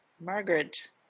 Margaret